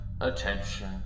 attention